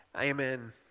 Amen